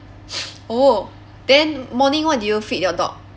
oh then morning what do you feed your dog